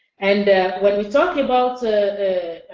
and when we talk about, ah